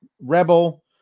Rebel